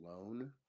alone